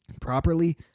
Properly